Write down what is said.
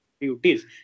duties